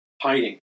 Hiding